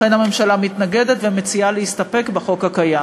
לכן הממשלה מתנגדת ומציעה להסתפק בחוק הקיים.